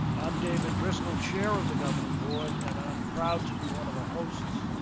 i'm david driscoll, chair of the governing board, and i'm proud to be one of the hosts